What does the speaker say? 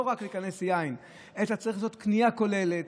לא לקנות רק יין, צריך לעשות קנייה כוללת,